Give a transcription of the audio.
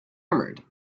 armoured